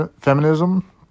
feminism